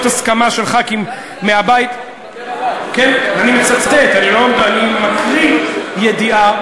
הסכמה של ח"כים מהבית" אני מצטט אני מקריא ידיעה